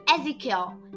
Ezekiel